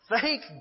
Thank